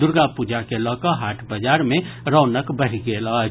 दुर्गापूजा के लऽकऽ हाट बाजार मे रौनक बढि गेल अछि